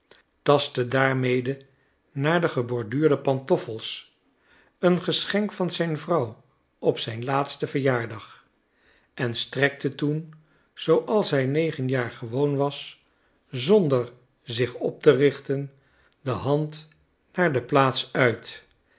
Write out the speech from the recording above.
tastte daarmede naar de geborduurde pantoffels een geschenk van zijn vrouw op zijn laatsten verjaardag en strekte toen zooals hij negen jaar gewoon was zonder zich op te richten de hand naar de plaats uit